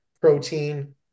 protein